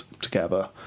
together